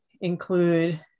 include